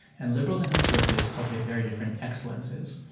and liberals and conservatives cultivate very different excellences.